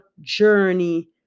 journey